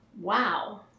Wow